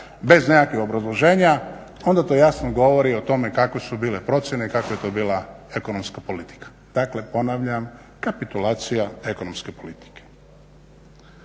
bez nekakvih obrazloženja onda to jasno govori o tome kakve su bile procjene i kakva je to bila ekonomska politika. Dakle ponavljam, kapitulacija ekonomske politike.